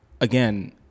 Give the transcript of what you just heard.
again